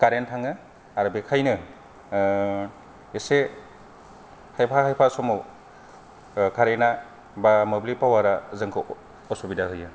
current थाङो आरो बेखायनो एसे खायफा खायफा समाव कारेन्टा बा मोब्लिब पावारा जोंखौ उसुबिदा होयो